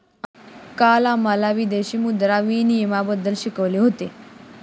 काल आम्हाला विदेशी मुद्रा विनिमयबद्दल शिकवले होते